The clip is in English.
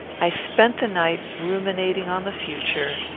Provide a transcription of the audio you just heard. i spent the night ruminating on the future,